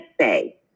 say